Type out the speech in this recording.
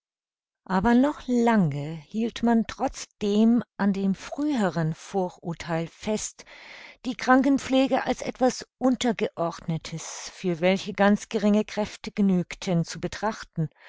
aber noch lange hielt man trotz dem an dem früheren vorurtheil fest die krankenpflege als etwas untergeordnetes für welche ganz geringe kräfte genügten zu betrachten